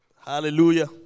Hallelujah